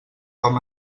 vam